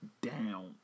down